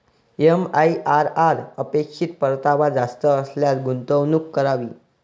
MIRR अपेक्षित परतावा जास्त असल्यास गुंतवणूक करावी